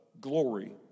glory